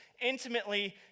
intimately